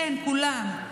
כן, כולם.